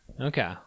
Okay